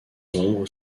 ombres